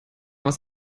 was